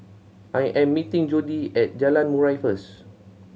I am meeting Jodi at Jalan Murai first